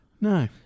No